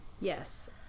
Yes